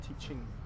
teaching